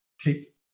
keep